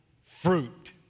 fruit